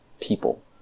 people